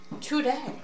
today